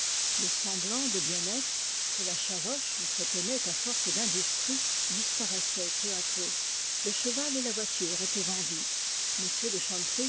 le semblant de bien-être que la chavoche entretenait à force d'industrie disparaissait peu à peu le cheval et la voiture étaient vendus